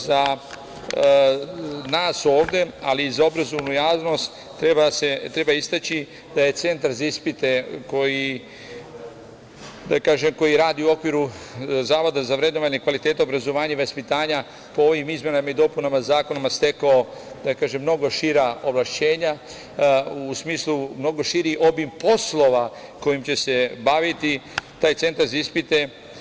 Za nas ovde, ali i za obrazovnu javnost, treba istaći da je centar za ispite koji radi u okviru Zavoda za vrednovanje kvaliteta obrazovanja i vaspitanja po ovim izmenama i dopunama zakona stekao mnogo šira ovlašćenja, u smislu mnogo širi obim poslova kojim će se baviti taj centar za ispite.